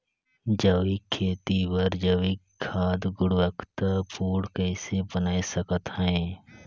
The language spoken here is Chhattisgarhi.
जैविक खेती बर जैविक खाद गुणवत्ता पूर्ण कइसे बनाय सकत हैं?